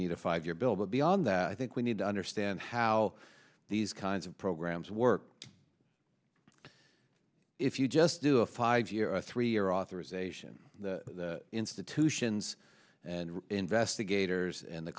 need a five year bill but beyond that i think we need to understand how these kinds of programs work if you just do a five year three year authorization the institutions and investigators and the